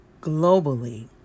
globally